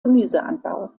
gemüseanbau